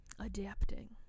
Adapting